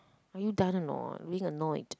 are you done or not being annoyed